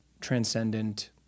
transcendent